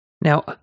Now